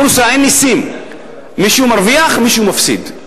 בבורסה אין נסים, מישהו מרוויח, מישהו מפסיד.